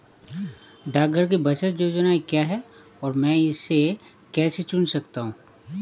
डाकघर की बचत योजनाएँ क्या हैं और मैं इसे कैसे चुन सकता हूँ?